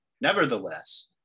nevertheless